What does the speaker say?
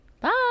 Bye